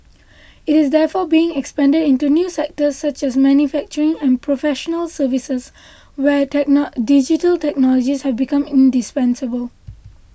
it is therefore being expanded into new sectors such as manufacturing and professional services where digital technologies have become indispensable